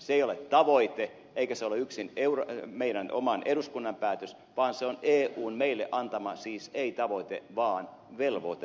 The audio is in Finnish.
se ei ole tavoite eikä se ole yksin meidän oman eduskuntamme päätös vaan se on eun meille antama siis ei tavoite vaan velvoite